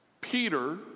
Peter